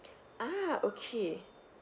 ah okay